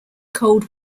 cold